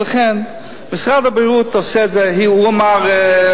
ולכן, משרד הבריאות עושה את זה, הוא אמר,